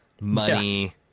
money